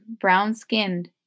brown-skinned